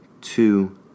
Two